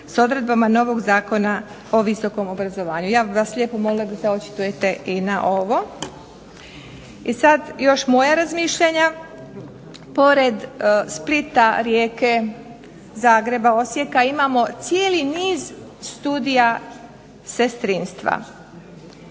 sa odredbama novog zakona o visokom obrazovanju. Ja bih vas lijepo molila da se očitujete i na ovo. I sada još moja razmišljanja, pored Splita, Rijeke, Zagreba, Osijeka imamo cijeli niz studija sestrinstva.